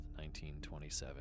1927